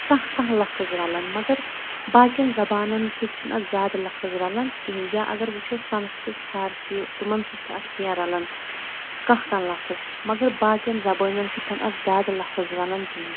کانٛہہ کانٛہہ لفظ رلان مگر باقین زبانن سۭتۍ چھِنہٕ اتھ زیادٕ لفظ رلان کِہینۍ یا اگر وٕچھو سنسکرت فارسی تِمن سۭتۍ چھِ اتھ کینٛہہ رلان کانٛہہ کانٛہہ لفظ مگر باقین زبٲنن چھنہٕ اتھ زیادٕ لفظ رلان کِہینۍ